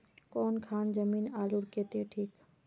कौन खान जमीन आलूर केते ठिक?